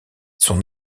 son